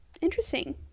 Interesting